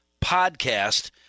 podcast